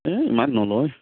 এই ইমান নলয়